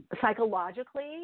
Psychologically